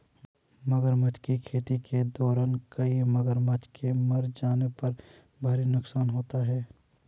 मगरमच्छ की खेती के दौरान कई मगरमच्छ के मर जाने पर भारी नुकसान होता है